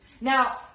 Now